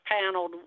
panel